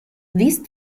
these